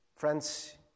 Friends